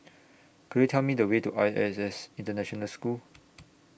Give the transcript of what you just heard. Could YOU Tell Me The Way to I S S International School